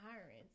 hiring